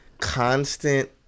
constant